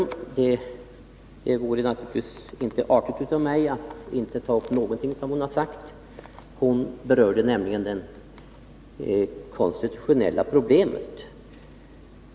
Men det vore naturligtvis inte artigt av mig att inte ta upp någonting av det hon har sagt. Hon berörde nämligen det konstitutionella problemet.